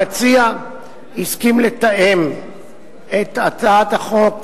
המציע הסכים לתאם את הצעת החוק,